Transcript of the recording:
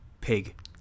pig